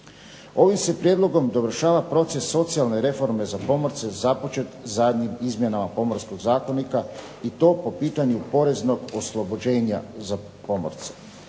Ovim se prijedlogom dovršava proces socijalne reforme za pomorce započet zadnjim izmjenama Pomorskog zakonika i to po pitanju poreznog oslobođenja za pomorce.